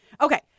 Okay